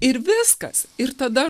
ir viskas ir tada